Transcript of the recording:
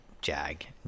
jag